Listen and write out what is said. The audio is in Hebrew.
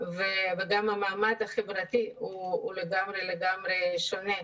וגם המעמד החברתי הוא לגמרי שונה.